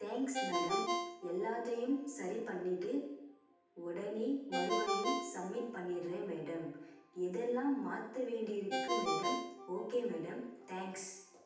thanks madam எல்லாத்தையும் சரி பண்ணிவிட்டு உடனே மறுபடியும் சம்மிட் பண்ணிடுறேன் மேடம் எதெல்லாம் மாற்ற வேண்டியிருக்கு மேடம் ஓகே மேடம் தேங்க்ஸ்